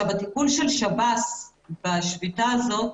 הטיפול של שירות בתי הסוהר בשביתה הזאת,